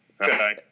Okay